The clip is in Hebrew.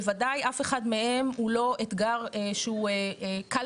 בוודאי אף אחד מהם הוא לא אתגר שהוא קל